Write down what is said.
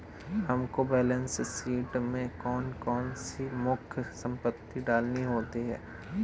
हमको balance sheet में कौन कौन सी मुख्य संपत्ति डालनी होती है?